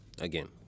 Again